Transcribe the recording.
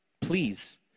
Please